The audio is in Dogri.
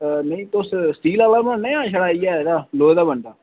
तुस स्टील आह्ला बनाने जां छड़ा इयै लोहे आह्ला बनदा